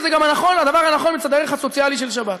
וזה גם הדבר הנכון מצד הערך הסוציאלי של שבת.